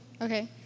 okay